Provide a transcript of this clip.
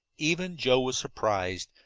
even joe was surprised.